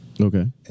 Okay